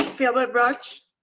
filbert brush.